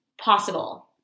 Possible